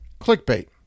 clickbait